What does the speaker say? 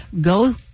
go